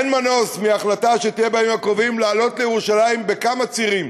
אין מנוס מההחלטה שתהיה בימים הקרובים לעלות לירושלים בכמה צירים,